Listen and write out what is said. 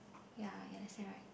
ya you understand right